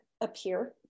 appear